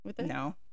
No